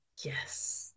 Yes